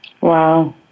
Wow